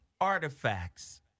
artifacts